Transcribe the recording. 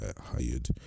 hired